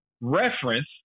reference